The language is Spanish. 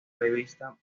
revista